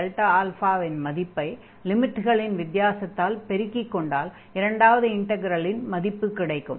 fξ2αΔα இன் மதிப்பை லிமிட்களின் வித்தியாசத்தால் பெருக்கிக் கொண்டால் இரண்டாவது இன்டக்ரலின் மதிப்பு கிடைக்கும்